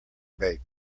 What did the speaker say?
bait